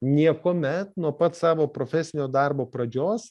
niekuomet nuo pat savo profesinio darbo pradžios